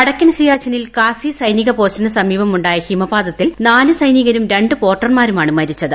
വടക്കൻ സിയാച്ചിനിൽ കാസി സൈനിക പോസ്റ്റിന് സമീപം ഉണ്ടായ ഹിമപാതത്തിൽ നാല് സൈനികരും രണ്ടു പോർട്ടർമാരുമാണ് മരിച്ചത്